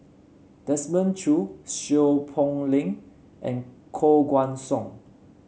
Desmond Choo Seow Poh Leng and Koh Guan Song